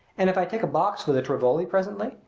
and if i take a box for the tivoli presently,